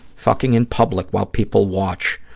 fucking in public while people watch.